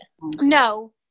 no